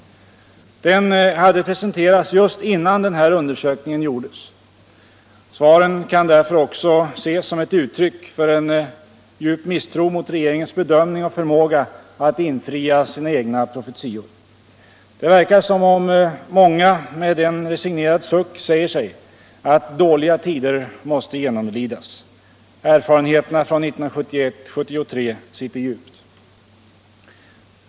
Den hade presenterats just innan den här un dersökningen gjordes. Svaren kan därför också ses som ett uttryck för en djup misstro mot regeringens bedömning och förmåga att infria sina egna profetior. Det verkar som om många med en resignerad suck säger sig att dåliga tider måste genomlidas. Erfarenheterna från 1971-1973 sitter djupt.